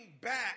back